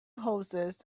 horses